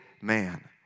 man